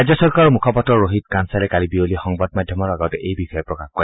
ৰাজ্য চৰকাৰৰ মুখপাত্ৰ ৰোহিত কানচালে কালি বিয়লি সংবাদ মাধ্যমৰ আগত এই বিষয়ে প্ৰকাশ কৰে